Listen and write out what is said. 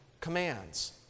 commands